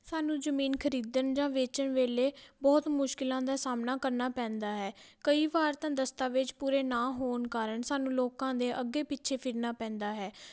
ਸਾਨੂੰ ਜ਼ਮੀਨ ਖਰੀਦਣ ਜਾਂ ਵੇਚਣ ਵੇਲੇ ਬਹੁਤ ਮੁਸ਼ਕਲਾਂ ਦਾ ਸਾਹਮਣਾ ਕਰਨਾ ਪੈਂਦਾ ਹੈ ਕਈ ਵਾਰ ਤਾਂ ਦਸਤਾਵੇਜ਼ ਪੂਰੇ ਨਾ ਹੋਣ ਕਾਰਨ ਸਾਨੂੰ ਲੋਕਾਂ ਦੇ ਅੱਗੇ ਪਿੱਛੇ ਫਿਰਨਾ ਪੈਂਦਾ ਹੈ